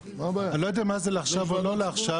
אני לא יודע מה זה לעכשיו או לא לעכשיו.